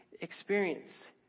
experience